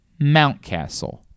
Mountcastle